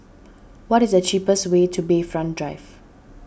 what is the cheapest way to Bayfront Drive